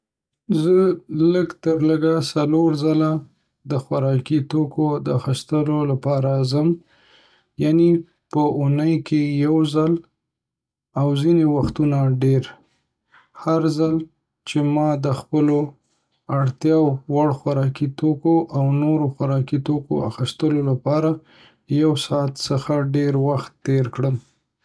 زه لږ تر لږه څلور ځله د خوراکي توکو د اخیستلو لپاره ځم، یعنې په اونۍ کې یو ځل او ځینې وختونه ډیر. هر ځل چې ما د خپلو اړتیا وړ خوراکي توکو او نورو خوراکي توکو د اخیستلو لپاره له یو ساعت څخه ډیر وخت تیر کړ.